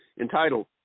entitled